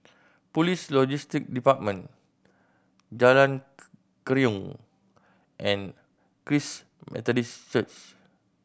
Police Logistic Department Jalan Keruing and Christ Methodist Church